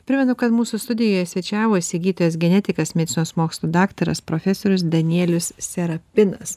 primenu kad mūsų studijoje svečiavosi gydytojas genetikas medicinos mokslų daktaras profesorius danielius serapinas